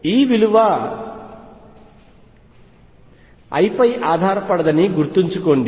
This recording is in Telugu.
E విలువ l పై ఆధారపడదని గుర్తుంచుకోండి